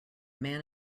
man